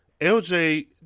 LJ